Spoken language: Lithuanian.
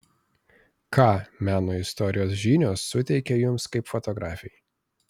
ką meno istorijos žinios suteikia jums kaip fotografei